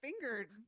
fingered